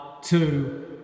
two